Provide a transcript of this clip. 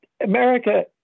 America